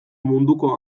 munduko